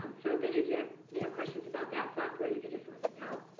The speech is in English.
um so if any of you have you know questions about that software, you can just let me know,